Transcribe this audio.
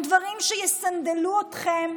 הם דברים שיסנדלו אתכם,